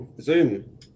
Zoom